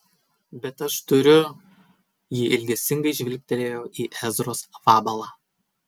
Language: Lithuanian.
bet aš turiu ji ilgesingai žvilgtelėjo į ezros vabalą